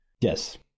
Yes